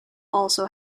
also